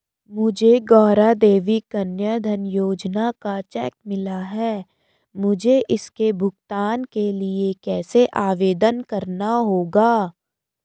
मुझे गौरा देवी कन्या धन योजना का चेक मिला है मुझे इसके भुगतान के लिए कैसे आवेदन करना होगा?